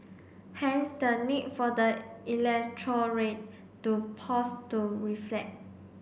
hence the need for the electorate to pause to reflect